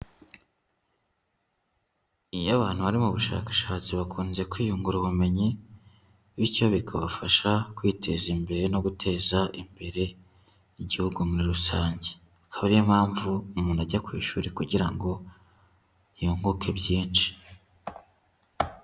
Iyo abantu bari mu bushakashatsi bakunze kwiyungura ubumenyi, bityo bikabafasha kwiteza imbere no guteza imbere igihugu muri rusange. Akaba ariyo mpamvu umuntu ajya ku ishuri kugira ngo yunguke byinshi.